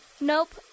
Nope